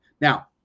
now